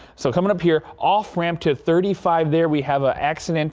so coming up here off-ramp to thirty five there we have a accident.